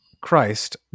Christ